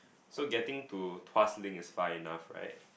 so getting to Tuas Link is far enough right